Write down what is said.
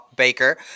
Baker